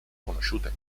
conosciute